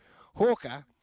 Hawker